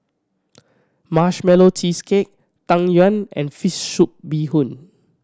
Marshmallow Cheesecake Tang Yuen and fish soup bee hoon